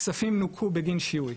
הכספים נוכו בגין שיהוי,